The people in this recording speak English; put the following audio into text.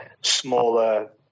smaller